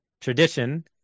tradition